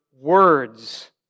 words